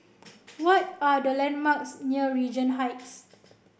what are the landmarks near Regent Heights